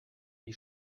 wie